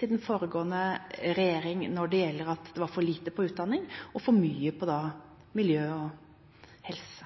den foregående regjering når det gjelder det at det var for lite på utdanning og for mye på miljø og helse?